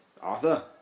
Arthur